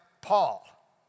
Paul